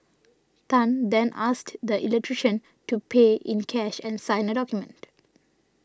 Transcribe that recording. Tan then asked the electrician to pay in cash and sign a document